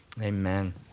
amen